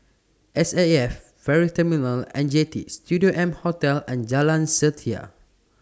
S A F Ferry Terminal and Jetty Studio M Hotel and Jalan Setia